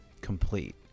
complete